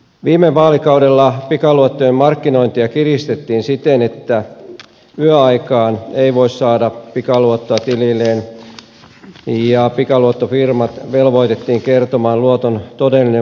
viime vaalikaudella pikaluottojen markkinointia kiristettiin siten että yöaikaan ei voi saada pikaluottoa tililleen ja pikaluottofirmat velvoitettiin kertomaan luoton todellinen vuosikorko